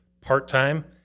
part-time